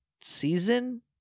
season